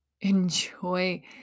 enjoy